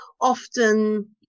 often